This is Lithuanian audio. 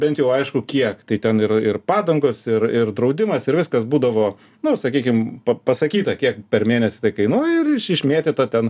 bent jau aišku kiek tai ten ir ir padangos ir ir draudimas ir viskas būdavo nu sakykim pa pasakyta kiek per mėnesį kainuoja ir iš išmėtyta ten